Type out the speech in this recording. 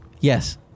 Yes